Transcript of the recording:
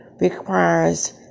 requires